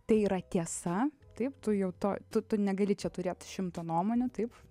tai yra tiesa taip tu jau to tu tu negali čia turėt šimto nuomonių taip